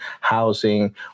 housing